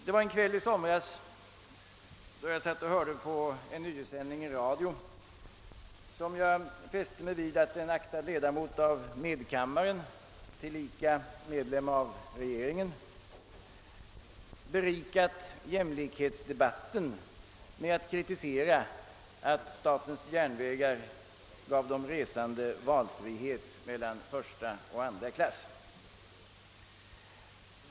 En kväll i somras då jag hörde på en nyhetssändning i radio, fäste jag mig vid att en aktad ledamot av medkammaren, tillika medlem av regeringen, berikat jämlikhetsdebatten med att kritisera att statens järnvägar gav de resande möjlighet att välja mellan första och andra klass.